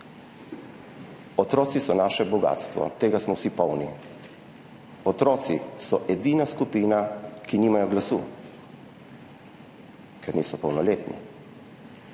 Otroci so naše bogastvo, tega smo vsi polni. Otroci so edina skupina, ki nimajo glasu, ker niso polnoletni.